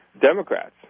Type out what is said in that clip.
Democrats